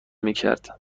میکرد